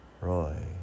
Roy